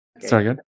Sorry